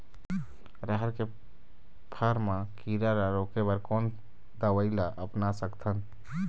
रहर के फर मा किरा रा रोके बर कोन दवई ला अपना सकथन?